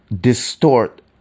distort